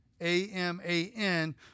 A-M-A-N